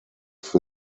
für